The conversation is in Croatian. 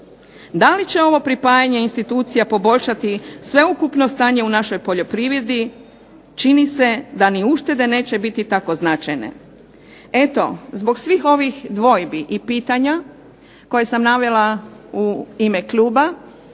Da li će ovo pripajanje institucija poboljšati sveukupno stanje u našoj poljoprivredi. Čini se da ni uštede neće biti tako značajne. Eto zbog svih ovih dvojbi i pitanja koje sam navela u ime kluba,